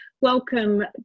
Welcome